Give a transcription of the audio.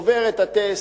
עובר את הטסט.